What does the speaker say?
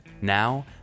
Now